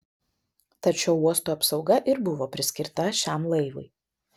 tad šio uosto apsauga ir buvo priskirta šiam laivui